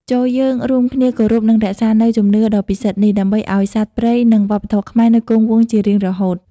ចូរយើងរួមគ្នាគោរព និងរក្សានូវជំនឿដ៏ពិសិដ្ឋនេះ ដើម្បីឱ្យសត្វព្រៃ និងវប្បធម៌ខ្មែរនៅគង់វង្សជារៀងរហូត។